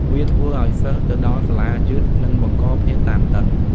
វាធ្វើឱ្យសិស្សទៅដល់សាលាយឺតនិងបង្កភាពតានតឹង។